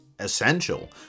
essential